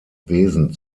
wesen